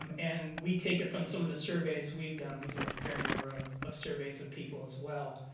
and we take it from some of the surveys we've done. we do a fair number of of surveys of people as well,